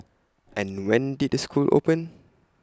and when did the school open